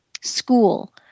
school